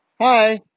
Hi